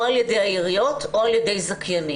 או על ידי העיריות או על ידי זכיינים.